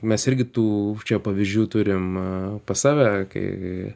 mes irgi tų čia pavyzdžių turim pas save kai